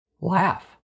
laugh